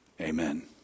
Amen